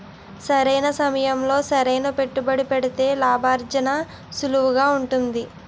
సరైన సమయంలో సరైన పెట్టుబడి పెడితే లాభార్జన సులువుగా ఉంటుంది